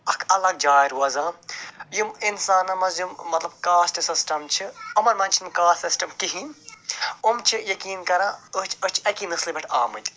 اکھ الگ جاے روزان یِم اِنسانن منٛز یِم مطلب کاسٹہٕ سِسٹم چھِ یِمن منٛز چھِنہٕ کاسٹ سِسٹم کِہیٖنٛۍ یِم چھِ یقیٖن کَران أتھۍ أسۍ چھِ اَکی نٔسلہٕ پٮ۪ٹھ آمٕتۍ